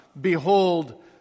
Behold